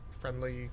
friendly